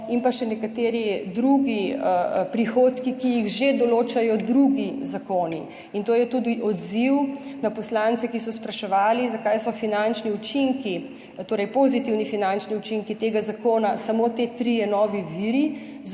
in pa še nekateri drugi prihodki, ki jih že določajo drugi zakoni. In to je tudi odziv na poslance, ki so spraševali, zakaj so finančni učinki, torej pozitivni finančni učinki tega zakona samo ti trije novi viri,